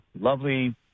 lovely